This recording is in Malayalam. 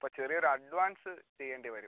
അപ്പോൾ ചെറിയൊരു അഡ്വാൻസ് ചെയ്യേണ്ടി വരും